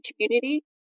community